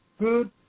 good